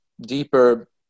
deeper